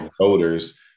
voters